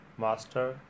master